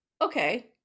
okay